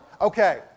okay